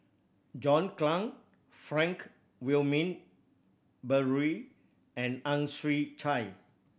John Clang Frank Wilmin Brewer and Ang Chwee Chai